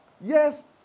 yes